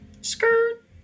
Skirt